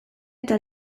eta